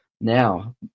now